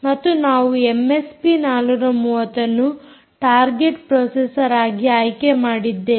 ಮತ್ತು ನಾವು ಎಮ್ಎಸ್ಪಿ 430 ಅನ್ನು ಟಾರ್ಗೆಟ್ ಪ್ರೋಸೆಸರ್ ಆಗಿ ಆಯ್ಕೆ ಮಾಡಿದ್ದೇವೆ